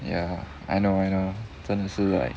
ya I know I know 真的是 like